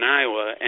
Iowa